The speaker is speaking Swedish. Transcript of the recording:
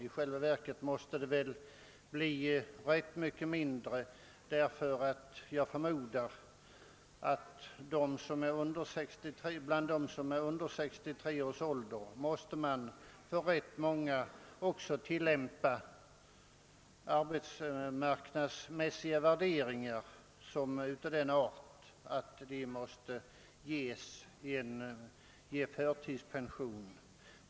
I själva verket måste det bli ganska mycket färre personer, eftersom jag förmodar att man beträffande ganska många av dem som är under 63 år måste tillämpa arbetsmarknadsmässiga värderingar och på dessa grunder måste ge en del förtidspension.